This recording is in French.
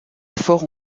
efforts